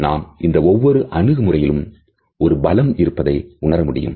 நாம் இந்த ஒவ்வொரு அணுகுமுறையிலும் ஒருபலம் இருப்பதை உணர முடியும்